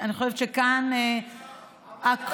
אני חושבת שכאן הכול,